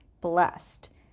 blessed